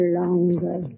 longer